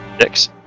Six